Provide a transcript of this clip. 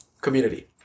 community